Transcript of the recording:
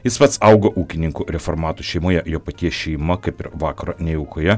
jis pats augo ūkininkų reformatų šeimoje jo paties šeima kaip ir vakaro nejaukoje